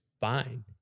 fine